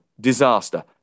disaster